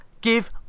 give